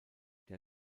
der